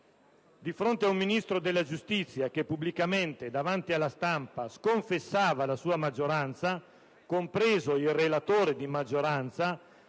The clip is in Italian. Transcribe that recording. Di fronte ad un Ministro della giustizia che pubblicamente, davanti alla stampa, sconfessava la sua maggioranza, compreso il relatore di maggioranza,